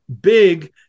big